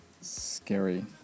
scary